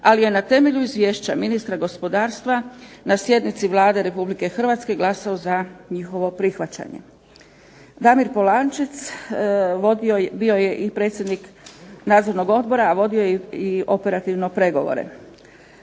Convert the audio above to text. ali je na temelju izvješća ministra gospodarstva na sjednici Vlade Republike Hrvatske glasovao za njihovo prihvaćanje. Damir Polančec bio je i predsjednik Nadzornog odbora, a vodio je i operativno pregovore.